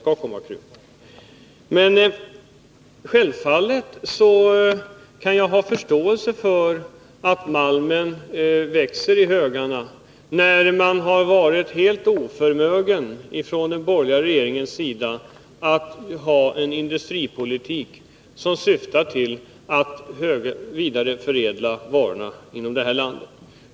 Men jag kan självfallet ha förståelse för att malmhögarna växer när man från den borgerliga regeringens sida varit helt oförmögen att driva en industripolitik som syftar till att vidareförädla varorna inom landet.